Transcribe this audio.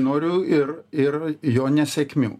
noriu ir ir jo nesėkmių